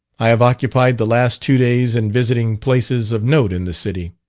i have occupied the last two days in visiting places of note in the city.